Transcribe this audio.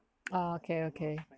okay okay